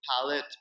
palette